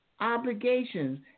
Obligations